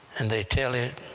and they tell it